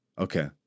Okay